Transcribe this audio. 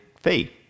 fee